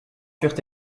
furent